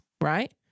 right